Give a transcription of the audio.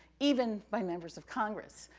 even by members of congress,